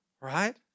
Right